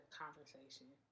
conversation